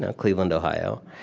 ah cleveland, ohio.